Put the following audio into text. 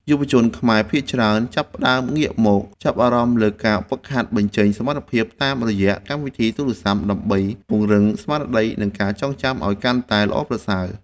យុវជនខ្មែរភាគច្រើនចាប់ផ្តើមងាកមកចាប់អារម្មណ៍លើការហ្វឹកហាត់បញ្ចេញសមត្ថភាពតាមរយៈកម្មវិធីទូរស័ព្ទដើម្បីពង្រឹងស្មារតីនិងការចងចាំឱ្យកាន់តែល្អប្រសើរ។